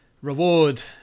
reward